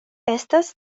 estas